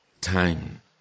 time